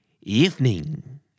Evening